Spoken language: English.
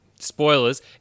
Spoilers